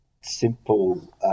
simple